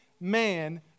man